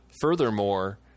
furthermore